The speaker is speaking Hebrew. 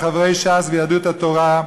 חברי ש"ס ויהדות התורה.